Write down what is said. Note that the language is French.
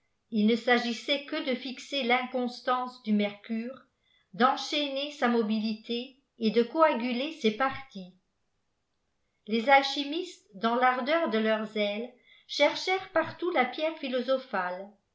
il ne s'agissait que de fixer fincianstance du mercure d'enchaîner sa aot bilité et de coaguler ses paities i a lés alchimistes daiis î'ardeijfr de leur zèle cherchèreni par t ibiit la pierre philosophale